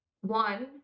one